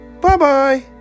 bye-bye